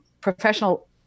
professional